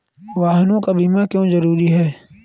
वाहनों का बीमा क्यो जरूरी है?